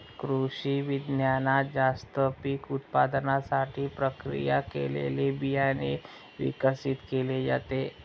कृषिविज्ञानात जास्त पीक उत्पादनासाठी प्रक्रिया केलेले बियाणे विकसित केले जाते